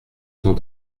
cent